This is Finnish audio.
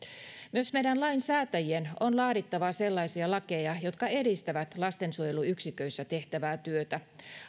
myös meidän lainsäätäjien on laadittava sellaisia lakeja jotka edistävät lastensuojeluyksiköissä tehtävää työtä